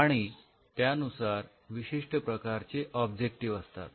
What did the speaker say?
आणि त्यानुसार विशिष्ट प्रकारचे ऑब्जेक्टिव्ह असतात